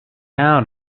out